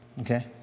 Okay